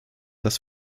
das